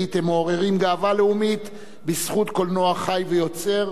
הם מעוררים גאווה לאומית בזכות קולנוע חי ויוצר,